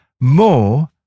more